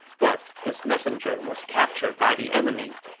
but his messenger was captured by the enemy.